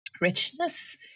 richness